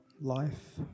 life